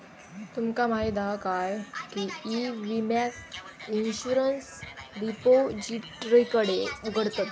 तुमका माहीत हा काय की ई विम्याक इंश्युरंस रिपोजिटरीकडे उघडतत